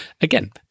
Again